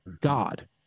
god